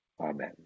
Amen